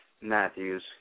Matthews